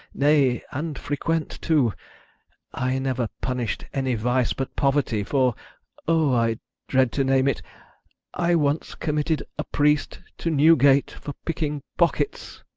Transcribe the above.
nay, and frequent too i never punished any vice but poverty for oh! i dread to name it i once committed a priest to newgate for picking pockets.